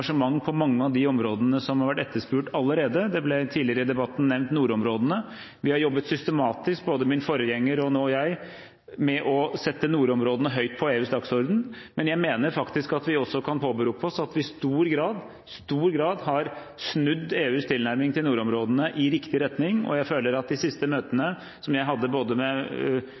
på mange av de områdene som har vært etterspurt. Det ble tidligere i debatten nevnt nordområdene. Vi har jobbet systematisk – både min forgjenger og jeg – med å sette nordområdene høyt på EUs dagsorden, men jeg mener faktisk at vi også kan påberope oss i stor grad å ha snudd EUs tilnærming til nordområdene i riktig retning. Jeg føler at i de siste møtene som jeg hadde med EU-kommisjonær Damanaki i Tromsø sammen med